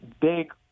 big